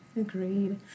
Agreed